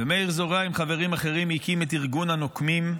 ומאיר זורע עם חברים אחרים הקים את ארגון "הנוקמים"